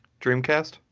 Dreamcast